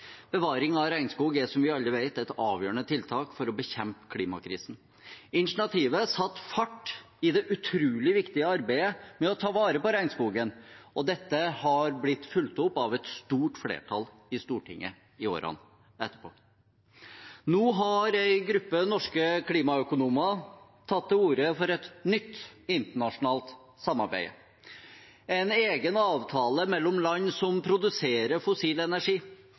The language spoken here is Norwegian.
Bevaring av regnskog er, som vi alle vet, et avgjørende tiltak for å bekjempe klimakrisen. Initiativet satte fart i det utrolig viktige arbeidet med å ta vare på regnskogen, og dette har blitt fulgt opp av et stort flertall i Stortinget i årene etterpå. Nå har en gruppe norske klimaøkonomer tatt til orde for et nytt internasjonalt samarbeid – en egen avtale mellom land som produserer fossil energi,